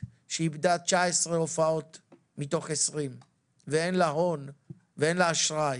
שאיבדה 19 הופעות מתוך 20 ואין לה אשראי.